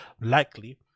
likely